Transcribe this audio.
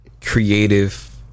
creative